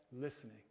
listening